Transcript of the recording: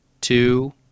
two